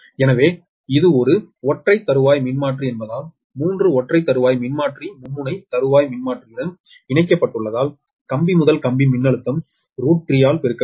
எனவே இது ஒரு ஒற்றை தறுவாய் மின்மாற்றி என்பதால் மூன்று ஒற்றை தறுவாய் மின்மாற்றி மும்முனை தறுவாய் மின்மாற்றியுடன் இணைக்கப்பட்டுள்ளதால் கம்பிமுதல் கம்பி மின்னழுத்தம் √𝟑 ஆல் பெருக்க வேண்டும்